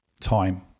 time